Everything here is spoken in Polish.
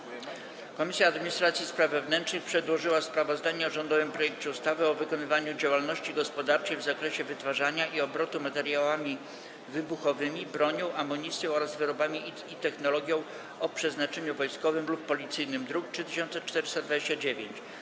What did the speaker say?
Komisja Administracji i Spraw Wewnętrznych przedłożyła sprawozdanie o rządowym projekcie ustawy o wykonywaniu działalności gospodarczej w zakresie wytwarzania i obrotu materiałami wybuchowymi, bronią, amunicją oraz wyrobami i technologią o przeznaczeniu wojskowym lub policyjnym, druk nr 3429.